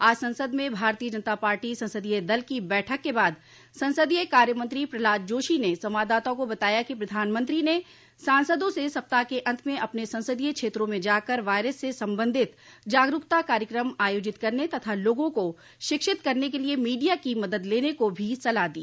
आज संसद में भारतीय जनता पार्टी संसदीय दल की बैठक के बाद संसदीय कार्यमंत्री प्रल्हाद जोशी ने संवाददाताओं को बताया कि प्रधानमंत्री ने सांसदों से सप्ताह के अंत में अपने संसदीय क्षेत्रों में जाकर वायरस से संबंधित जागरूकता कार्यक्रम आयोजित करने तथा लोगों को शिक्षित करने के लिए मीडिया की मदद लेने की भी सलाह दी